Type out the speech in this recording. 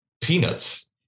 peanuts